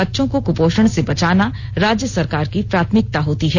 बच्चों को कुपोषण से बचाना राज्य सरकार की प्राथमिकता होती है